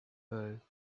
her